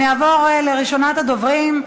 אני אעבור לראשונת הדוברים,